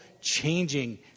changing